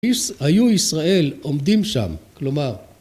היו ישראל עומדים שם, כלומר...